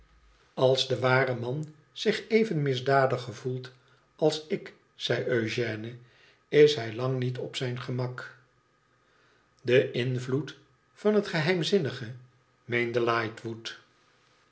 lals de ware man zich even misdadig gevoelt als ik zei eugène is hij lang niet op zijn gemak de invloed van het geheimzinnige meende lightwood